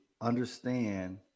understand